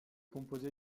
composé